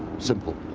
simple.